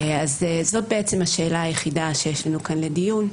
זאת בעצם השאלה היחידה שיש לנו כאן לדיון.